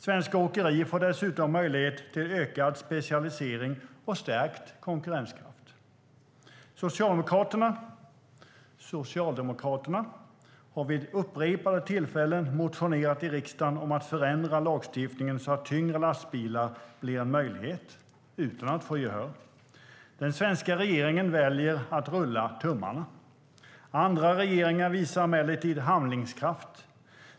Svenska åkerier får dessutom möjlighet till ökad specialisering och stärkt konkurrenskraft. Den svenska regeringen väljer att rulla tummarna. Andra regeringar visar emellertid handlingskraft.